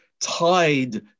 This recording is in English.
tied